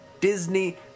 Disney